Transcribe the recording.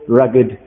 rugged